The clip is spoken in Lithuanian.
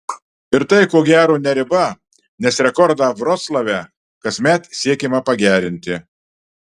ir tai ko gero ne riba nes rekordą vroclave kasmet siekiama pagerinti